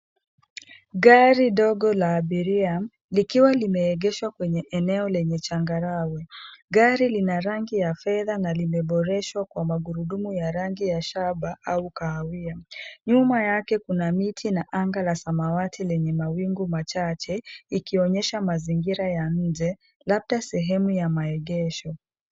Gari dogo la abiria likiwa limeegeshwa kwenye eneo lenye changarawe . Gari lina rangi ya fedha na limeboreshwa kwa magurudumu ya rangi ya shaba au kahawia. Nyuma yake kuna miti na anga la samawati lenye mawingu machache ikionyesha mazingira ya nje labda sehemu ya maegesho.